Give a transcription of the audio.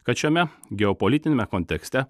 kad šiame geopolitiniame kontekste